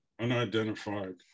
unidentified